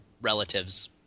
relatives